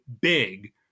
Big